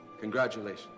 congratulations